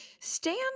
stand